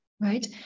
right